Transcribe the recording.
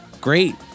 Great